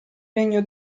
legno